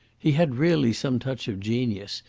he had really some touch of genius,